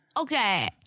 Okay